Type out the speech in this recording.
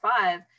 five